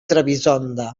trebisonda